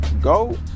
go